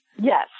Yes